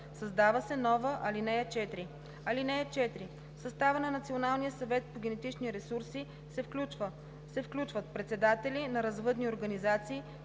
Създава се нова ал. 4: „(4) В състава на националния съвет по генетични ресурси се включват председатели на развъдни организации,